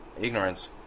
ignorance